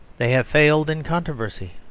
they have failed in controversy.